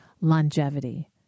longevity